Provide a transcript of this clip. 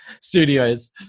Studios